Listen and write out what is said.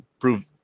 prove